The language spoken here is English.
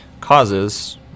causes